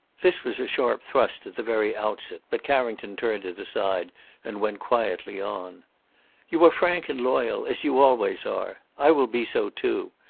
this was a sharp thrust at the very outset, but carrington turned it aside and went quietly on you are frank and loyal, as you always are. i will be so too.